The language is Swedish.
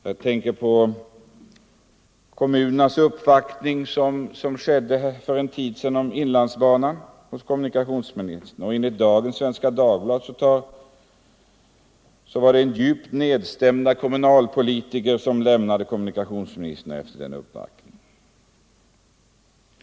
Jag tänker på kommunernas uppvaktning om inlandsbanan hos kommunikationsministern för en tid sedan — enligt dagens nummer av Svenska Dagbladet var det djupt nedstämda kommunalpolitiker som lämnade kommunikationsministern efter den uppvaktningen.